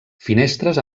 finestres